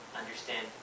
understand